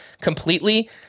completely